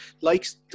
likes